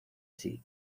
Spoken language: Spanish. sea